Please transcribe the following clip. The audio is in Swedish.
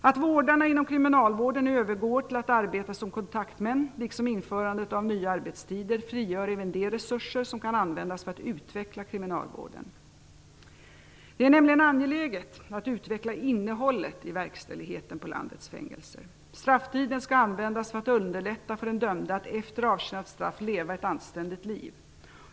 Att vårdarna inom kriminalvården övergår till att arbeta som kontaktmän liksom införandet av nya arbetstider frigör en del resurser som kan användas för att utveckla kriminalvården. Det är nämligen angeläget att utveckla innehållet i verkställigheten på landets fängelser. Strafftiden skall användas för att underlätta för den dömde att efter avtjänat straff leva ett anständigt liv.